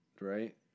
right